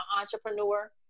entrepreneur